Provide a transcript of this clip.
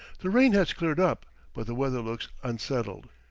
the rain has cleared up, but the weather looks unsettled,